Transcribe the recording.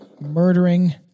murdering